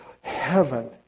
heaven